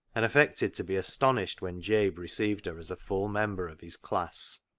and affected to be astonished when jabe received her as a full member of his class.